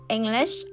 English